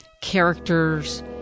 characters